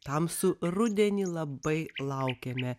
tamsų rudenį labai laukiame